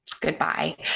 Goodbye